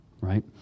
right